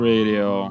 Radio